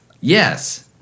Yes